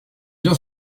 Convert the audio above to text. bien